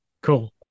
Cool